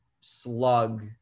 slug